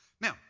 Now